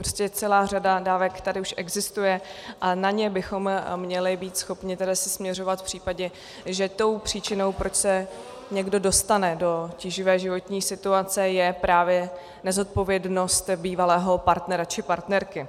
Prostě celá řada dávek už tady existuje a na ně bychom měli být schopni se směřovat v případě, že tou příčinou, proč se někdo dostane do tíživé životní situace, je právě nezodpovědnost bývalého partnera či partnerky.